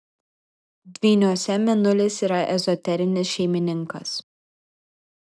dvyniuose mėnulis yra ezoterinis šeimininkas